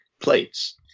plates